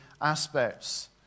aspects